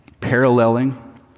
paralleling